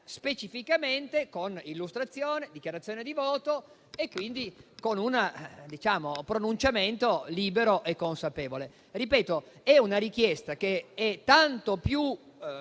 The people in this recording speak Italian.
specificamente con illustrazione, dichiarazione di voto e con un pronunciamento libero e consapevole. Ripeto: è una richiesta che è tanto più